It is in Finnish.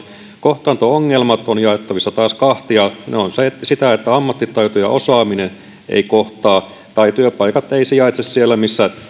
kohtaanto ongelmat ovat taas jaettavissa kahtia ne ovat sitä että ammattitaito ja osaaminen eivät kohtaa tai työpaikat eivät sijaitse siellä missä